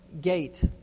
gate